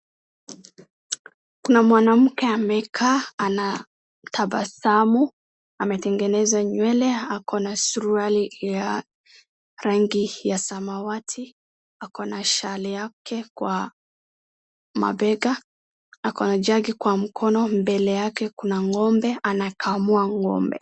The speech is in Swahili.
Kuna mwanamke amekaa anatabasamu, ametengeneza nywele ako na suruali ya rangi ya samawati ,ako na shali yake kwa mabega, ako na jagi kwa mkono mbele yake kuna ng'ombe anakamua ng'ombe.